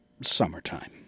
summertime